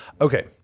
okay